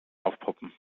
aufpoppen